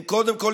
קודם כול,